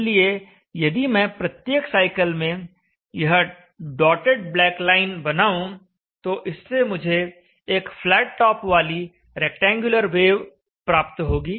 इसलिए यदि मैं प्रत्येक साइकिल में यह डॉटेड ब्लैक लाइन बनाऊं तो इससे मुझे एक फ्लैट टॉप वाली रैक्टेंगुलर वेव प्राप्त होगी